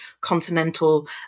continental